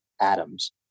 atoms